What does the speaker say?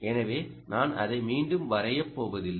எனவே நான் அதை மீண்டும் வரையப் போவதில்லை